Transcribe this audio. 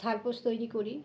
থালপোস তৈরি করি